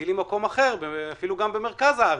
שאלתי מה בנוגע למקום אחר, אפילו במרכז הארץ.